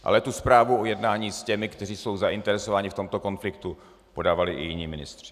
Ale tu zprávu o jednání s těmi, kteří jsou zainteresováni v tomto konfliktu, podávali i jiní ministři.